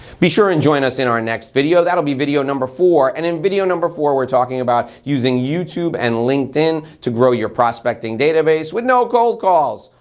be sure and join us in our next video. that'll be video number four and in video number four we're talking about using youtube and linkedin to grow your prospecting database with no cold calls.